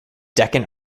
deccan